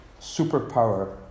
superpower